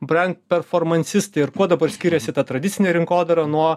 brenperformansistai ir kuo dabar skiriasi ta tradicinė rinkodara nuo